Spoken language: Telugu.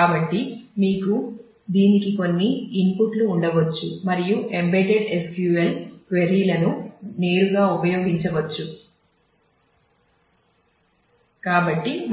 కాబట్టి